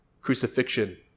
crucifixion